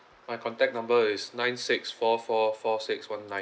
my contact number is nine six four four four six one nine